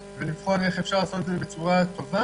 ולבחון איך אפשר לעשות את זה בצורה טובה.